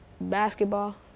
basketball